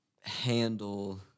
handle